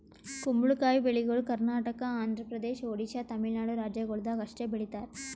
ಕುಂಬಳಕಾಯಿ ಬೆಳಿಗೊಳ್ ಕರ್ನಾಟಕ, ಆಂಧ್ರ ಪ್ರದೇಶ, ಒಡಿಶಾ, ತಮಿಳುನಾಡು ರಾಜ್ಯಗೊಳ್ದಾಗ್ ಅಷ್ಟೆ ಬೆಳೀತಾರ್